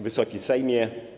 Wysoki Sejmie!